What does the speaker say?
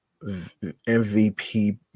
MVP